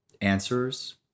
answers